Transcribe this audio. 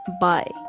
bye